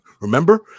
Remember